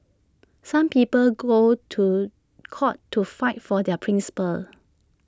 some people go to court to fight for their principles